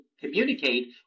communicate